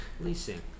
Leasing